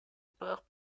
part